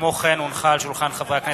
כמו כן הונחו על שולחן הכנסת,